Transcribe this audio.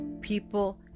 people